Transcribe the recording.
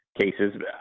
cases